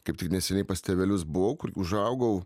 kaip tik neseniai pas tėvelius buvau kur užaugau